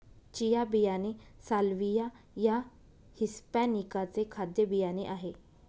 chia बियाणे salvia या hispanica चे खाद्य बियाणे आहे